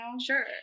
Sure